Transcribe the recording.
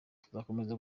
tuzakomeza